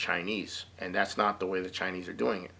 chinese and that's not the way the chinese are doing it